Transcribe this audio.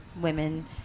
women